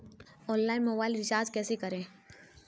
Online mobile recharge कैसे करें?